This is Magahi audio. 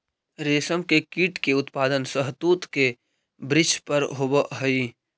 रेशम के कीट के उत्पादन शहतूत के वृक्ष पर होवऽ हई